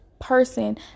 person